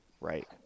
Right